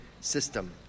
system